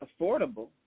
affordable